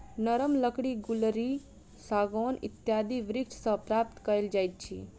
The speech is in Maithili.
नरम लकड़ी गुल्लरि, सागौन इत्यादि वृक्ष सॅ प्राप्त कयल जाइत अछि